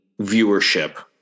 viewership